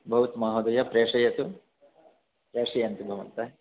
भवतु महोदय प्रेषयतु प्रेषयन्तु भवन्तः